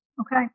Okay